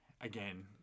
Again